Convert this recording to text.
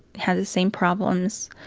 had the same problems.